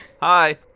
Hi